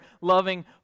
loving